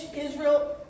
Israel